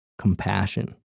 compassion